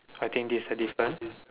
I think this is a difference